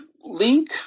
Link